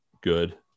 good